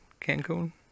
Cancun